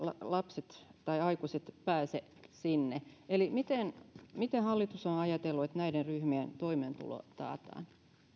lapset tai aikuiset pääse sinne eli miten miten hallitus on ajatellut että näiden ryhmien toimeentulo taataan